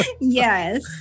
Yes